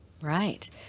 Right